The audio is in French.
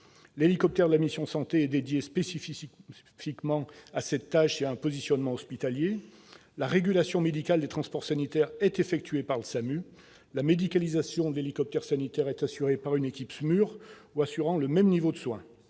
l'hélicoptère de la mission santé est dédié spécifiquement à cette tâche et à un positionnement hospitalier ; de plus, la régulation médicale des transports sanitaires est effectuée par le SAMU ; ensuite, la médicalisation de l'hélicoptère sanitaire est assurée par une équipe SMUR ou garantissant le même niveau de soins